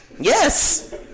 Yes